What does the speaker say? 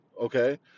Okay